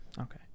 okay